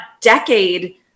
decade